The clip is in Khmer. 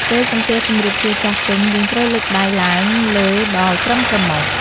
ពេលសំពះជម្រាបសួរចាស់ទុំ យើងត្រូវលើកដៃឡើងលើដល់ត្រឹមច្រមុះ។